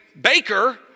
baker